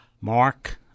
Mark